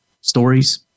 stories